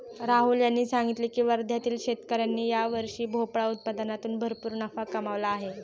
राहुल यांनी सांगितले की वर्ध्यातील शेतकऱ्यांनी यावर्षी भोपळा उत्पादनातून भरपूर नफा कमावला आहे